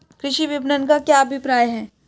कृषि विपणन का क्या अभिप्राय है?